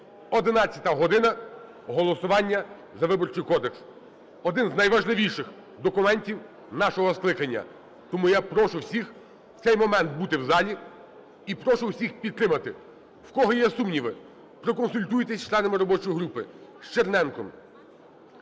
11 година – голосування за Виборчий кодекс, один з найважливіших документів нашого скликання. Тому я прошу всіх в цей момент бути в залі і прошу всіх підтримати. В кого є сумніви, проконсультуйтесь з членами робочої групи: з Черненком,